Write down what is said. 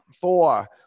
Four